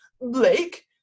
Blake